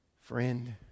Friend